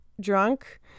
drunk